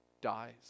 dies